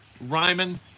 Ryman